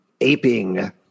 aping